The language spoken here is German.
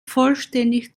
vollständig